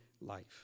life